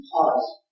pause